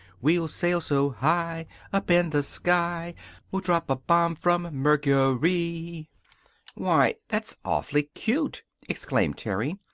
we'll sail so high up in the sky we'll drop a bomb from mercury. why, that's awfully cute! exclaimed terry.